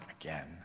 again